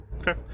okay